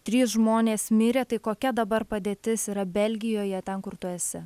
trys žmonės mirė tai kokia dabar padėtis yra belgijoje ten kur tu esi